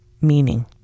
meaning